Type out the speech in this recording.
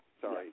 Sorry